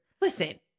Listen